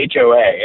HOA